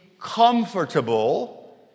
comfortable